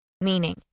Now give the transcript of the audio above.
Meaning